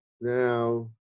Now